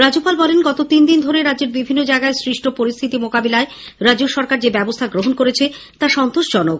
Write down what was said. রাজ্যপাল বলেন গত তিনদিন ধরে রাজ্যের বিভিন্ন জায়গায় সৃষ্ট পরিস্থিতি মোকাবিলায় রাজ্য সরকার যে ব্যবস্থা গ্রহণ করেছে তা সন্তোষজনক